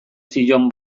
zion